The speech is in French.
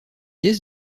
qu’est